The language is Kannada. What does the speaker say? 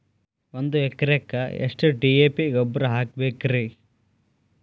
ಒಂದು ಎಕರೆಕ್ಕ ಎಷ್ಟ ಡಿ.ಎ.ಪಿ ಗೊಬ್ಬರ ಹಾಕಬೇಕ್ರಿ?